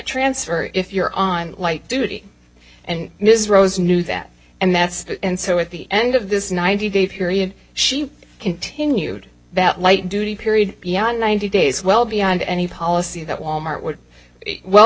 transfer if you're on light duty and miss rose knew that and that's and so at the end of this ninety day period she continued that light duty period yeah ninety days well beyond any policy that wal mart would well